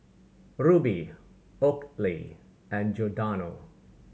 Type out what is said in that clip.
Rubi Oakley and Giordano